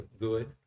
good